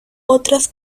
otras